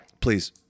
Please